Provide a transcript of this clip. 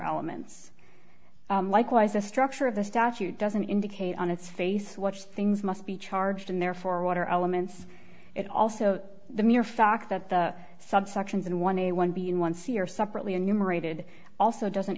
elements likewise the structure of the statute doesn't indicate on its face watch things must be charged and therefore water elements it also the mere fact that the subsections in one a one b in one c or separately in numerated also doesn't